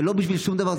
זה לא בשביל שום דבר,